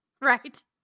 Right